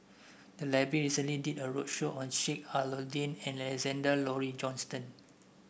the library recently did a roadshow on Sheik Alau'ddin and Alexander Laurie Johnston